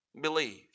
believe